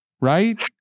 right